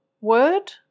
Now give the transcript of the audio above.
word